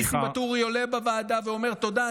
וניסים ואטורי עולה בוועדה ואומר: תודה,